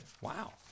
wow